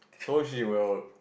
so she will